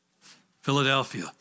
philadelphia